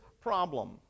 problem